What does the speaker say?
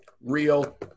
Real